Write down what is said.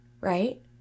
Right